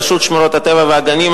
רשות שמורות הטבע והגנים,